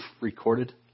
recorded